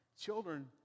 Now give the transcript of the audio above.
Children